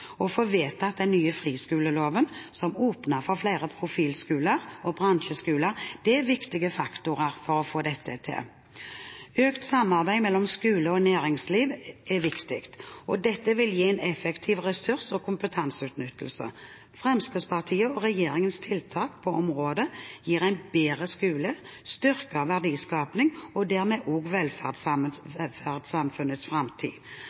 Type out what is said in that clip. og få vedtatt den nye friskoleloven som åpner for flere profilskoler og bransjeskoler, er viktige faktorer for å få dette til. Økt samarbeid mellom skole og næringsliv er viktig, og dette vil gi en effektiv ressurs- og kompetanseutnyttelse. Fremskrittspartiet og regjeringens tiltak på området gir en bedre skole, styrker verdiskaping og dermed også velferdssamfunnets framtid.